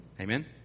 Amen